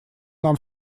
нам